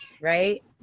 right